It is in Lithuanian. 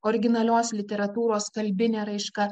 originalios literatūros kalbinė raiška